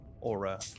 aura